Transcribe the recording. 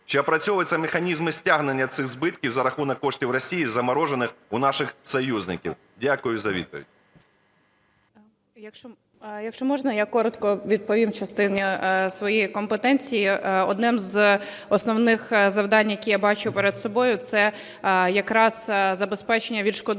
Чи опрацьовуються механізми стягнення цих збитків за рахунок коштів Росії, заморожених у наших союзників? Дякую за відповідь. 10:53:50 СТЕФАНІШИНА О.В. Якщо можна, я коротко відповім в частині своєї компетенції. Одним з основних завдань, які я бачу перед собою, це якраз забезпечення відшкодування